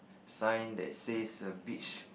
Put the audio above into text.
sign that says a beach